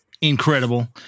incredible